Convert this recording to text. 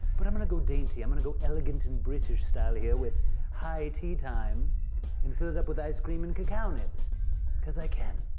but i'm going to go dainty. i'm going to go elegant and british style here with high tea time and fill it up with ice cream and cacao nibs because i can.